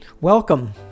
welcome